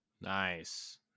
nice